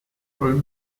räum